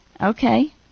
Okay